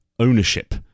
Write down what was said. ownership